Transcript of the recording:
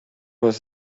was